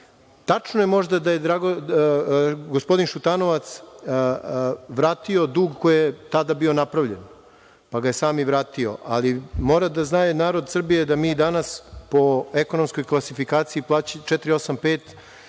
Tačno je možda da je gospodin Šutanovac vratio dug koji je tada bio napravljen, pa ga je sam i vratio, ali mora da zna narod Srbije da mi danas po ekonomskoj kvalifikaciji 485